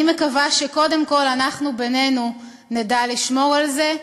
אני מקווה שקודם כול אנחנו בינינו נדע לשמור על זה,